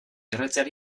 erretzeari